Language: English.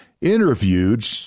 interviewed